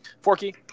Forky